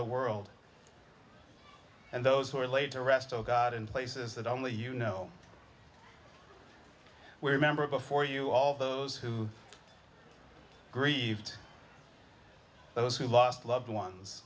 the world and those who are laid to rest of god in places that only you know we remember before you all those who grieved those who lost loved ones